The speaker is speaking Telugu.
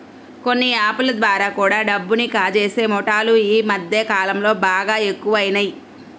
కొన్ని యాప్ ల ద్వారా కూడా డబ్బుని కాజేసే ముఠాలు యీ మద్దె కాలంలో బాగా ఎక్కువయినియ్